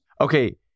Okay